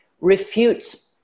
refutes